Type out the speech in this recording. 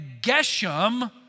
Geshem